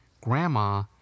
Grandma